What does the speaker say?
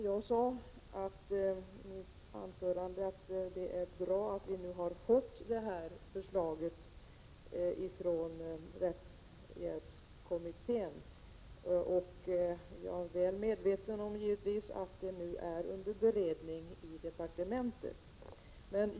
Jag sade i mitt anförande att det är bra att vi nu har fått rättshjälpskommitténs förslag. Jag är givetvis väl medveten om att detta nu är under beredning i departementet.